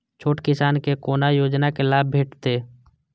छोट किसान के कोना योजना के लाभ भेटते?